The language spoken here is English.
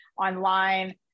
online